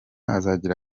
azagira